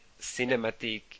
cinematic